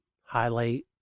highlight